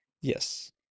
Yes